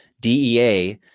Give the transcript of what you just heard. DEA